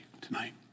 tonight